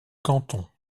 canton